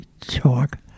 talk